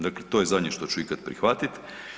Dakle, to je zadnje što ću ikad prihvatiti.